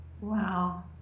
Wow